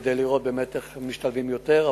כדי לראות איך באמת משתלבים יותר,